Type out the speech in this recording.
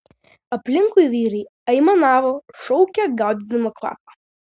aplinkui vyrai aimanavo šaukė gaudydami kvapą